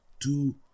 two